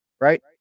right